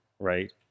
Right